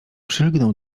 przylgnął